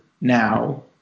now